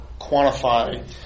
quantify